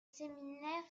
séminaire